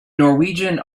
norwegian